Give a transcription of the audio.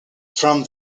from